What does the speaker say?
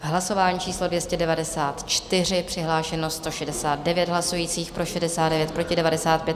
Hlasování číslo 294, přihlášeno 169 hlasujících, pro 69, proti 95.